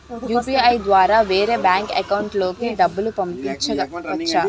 UPI ద్వారా వేరే bank account లోకి డబ్బులు పంపించవచ్చా?